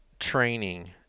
Training